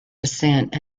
descent